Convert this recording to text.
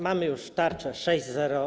Mamy już tarczę 6.0.